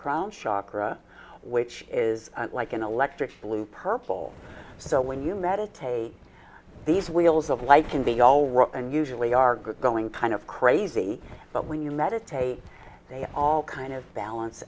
crown shakara which is like an electric blue purple so when you meditate these wheels of life can be all right and usually are good going kind of crazy but when you meditate they all kind of balance